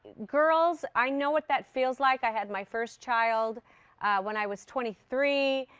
girls, i know what that feels like, i had my first child when i was twenty three.